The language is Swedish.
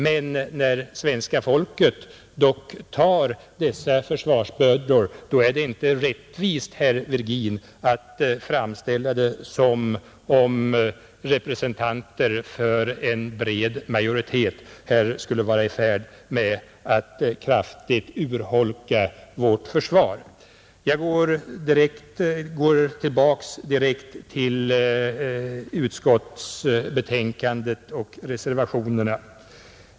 Men när svenska folket bär dessa försvarsbördor är det inte rättvist, herr Virgin, att framställa det som om representanter för en bred majoritet skulle vara i färd med att kraftigt urholka vårt försvar. Jag återgår sedan till utskottsbetänkandet och reservationerna.